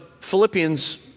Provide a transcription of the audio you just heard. Philippians